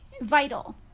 Vital